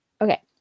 Okay